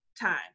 time